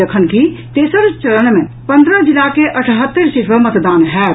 जखन कि तेसर चरण मे पन्द्रह जिला के अठहत्तरि सीट पर मतदान होयत